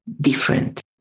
different